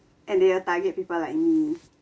and they will target people like me